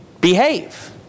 behave